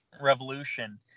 Revolution